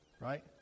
Right